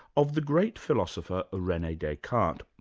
of the great philosopher rene descartes.